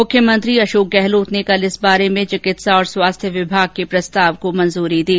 मुख्यमंत्री अशोक गहलोत ने कल इस बारे में चिकित्सा और स्वास्थ्य विभाग के प्रस्ताव को मंजूरी दी